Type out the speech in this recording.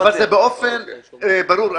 אבל זה באופן ברור.